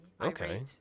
Okay